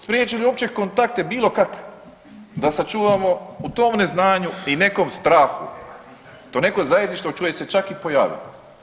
Spriječili uopće kontakte bilo kakve da sačuvamo u tom neznanju i nekom strahu, to neko zajedništvo čuje se čak i po radijima.